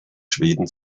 schweden